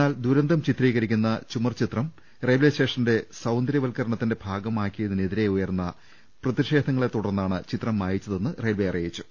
എന്നാൽ ദുരന്തം ചിത്രീകരിക്കുന്ന ചുമർ ചിത്രം റെയിൽവെ സ്റ്റേഷന്റെ സൌന്ദര്യവത്ക്കരണത്തിന്റെ ഭാഗമാക്കിയതിനെതിരെ ഉയർന്ന പ്രതിഷേധത്തെ തുടർന്നാണ് ചിത്രം മായിച്ചതെന്ന് റെയിൽവെ അറിയിച്ചു